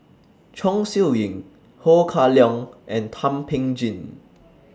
Chong Siew Ying Ho Kah Leong and Thum Ping Tjin